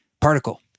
particle